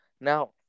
Now